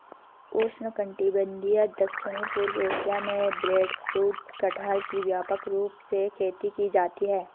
उष्णकटिबंधीय दक्षिण पूर्व एशिया में ब्रेडफ्रूट कटहल की व्यापक रूप से खेती की जाती है